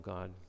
God